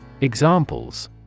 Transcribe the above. Examples